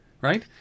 right